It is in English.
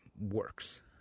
works